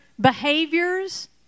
behaviors